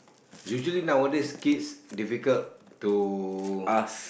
usually nowadays kids difficult to